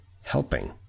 helping